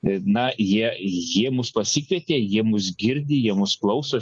na jie jie mus pasikvietė jie mus girdi jie mūsų klauso